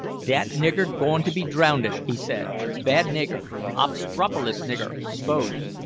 dat nigger goin' to be drownded, he said bad nigger obstropolous nigger, suppose.